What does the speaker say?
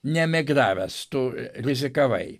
neemigravęs tu rizikavai